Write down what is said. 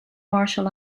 martial